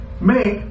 make